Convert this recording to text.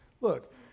Look